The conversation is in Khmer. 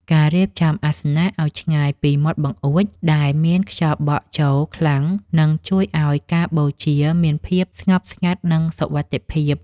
ការរៀបចំអាសនៈឱ្យឆ្ងាយពីមាត់បង្អួចដែលមានខ្យល់បក់ចូលខ្លាំងនឹងជួយឱ្យការបូជាមានភាពស្ងប់ស្ងាត់ និងសុវត្ថិភាព។